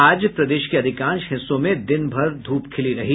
आज प्रदेश के अधिकांश हिस्सों में दिनभर ध्रप खिली रही